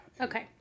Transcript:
Okay